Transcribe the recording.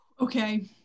Okay